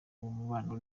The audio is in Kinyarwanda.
umubano